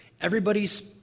Everybody's